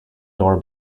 door